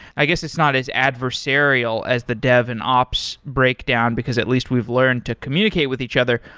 i guess it's not as adversarial as the dev and ops breakdown, because at least we've learned to communicate with each other,